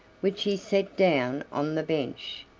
which he set down on the bench.